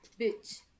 Bitch